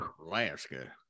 Alaska